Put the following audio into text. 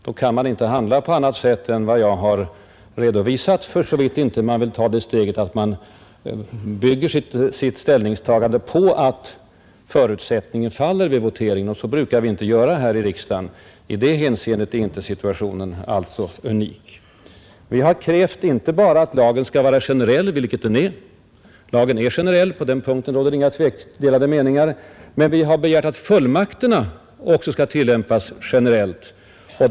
Då kan man inte handla på annat sätt än vad jag har redovisat, för så vitt inte man vill ta det steget att man bygger sitt ställningstagande på att förutsättningen faller vid voteringen. Så brukar vi inte göra här i riksdagen. I det hänseendet är situationen alltså inte unik. Vi har krävt inte bara att lagen skall vara generell, vilket den är. Lagen är generell. På den punkten råder inga delade meningar. Men vi har begärt att fullmakterna också skall tillämpas generellt.